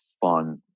fun